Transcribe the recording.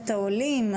את העולים,